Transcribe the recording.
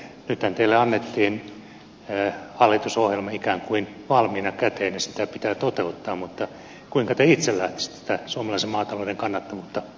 nythän teille annettiin hallitusohjelma ikään kuin valmiina käteen ja sitä pitää toteuttaa mutta kuinka te itse lähtisitte tätä suomalaisen maatalouden kannattavuutta hoitamaan